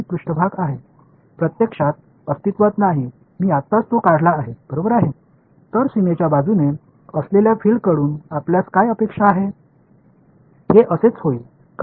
இப்போது இந்த புள்ளியிடப்பட்ட மேற்பரப்பு நான் இங்கே உங்களுக்குக் காட்டியுள்ளேன் இது ஒரு கற்பனையான மேற்பரப்பு அது உண்மையில் இல்லை நான் அதை சரியாக வரைந்தேன்